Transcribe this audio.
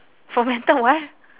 fermented what